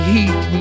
Heat